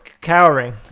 cowering